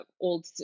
old